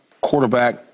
quarterback